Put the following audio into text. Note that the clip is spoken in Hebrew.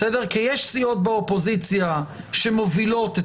כי יש סיעות באופוזיציה שמובילות את